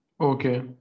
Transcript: Okay